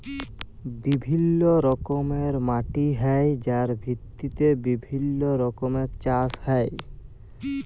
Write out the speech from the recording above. বিভিল্য রকমের মাটি হ্যয় যার ভিত্তিতে বিভিল্য রকমের চাস হ্য়য়